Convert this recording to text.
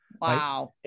Wow